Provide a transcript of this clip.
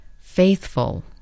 faithful